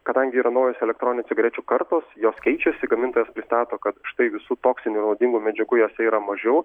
kadangi yra naujos elektroninių cigarečių kartos jos keičiasi gamintojas pristato kad štai visų toksinių nuodingų medžiagų jose yra mažiau